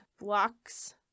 blocks